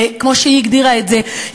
כמו שהיא הגדירה את זה,